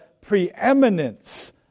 preeminence